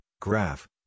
graph